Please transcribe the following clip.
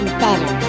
better